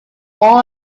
all